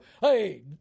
Hey